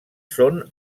són